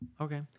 Okay